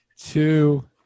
two